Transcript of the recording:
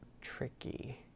tricky